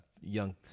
young